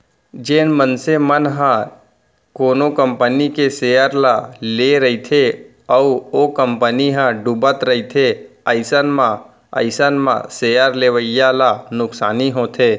जेन मनसे मन ह कोनो कंपनी के सेयर ल लेए रहिथे अउ ओ कंपनी ह डुबत रहिथे अइसन म अइसन म सेयर लेवइया ल नुकसानी होथे